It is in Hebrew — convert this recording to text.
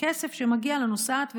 בכסף שמגיע לנוסעת ולנוסע,